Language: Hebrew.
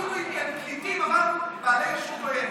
אפילו אם הם פליטים, אבל בעלי ישות עוינת,